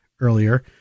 earlier